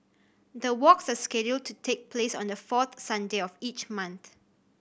the walks are scheduled to take place on the fourth Sunday of each month